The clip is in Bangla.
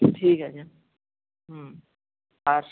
ঠিক আছে হুম আচ্ছা